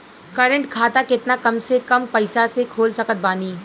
Current खाता केतना कम से कम पईसा से खोल सकत बानी?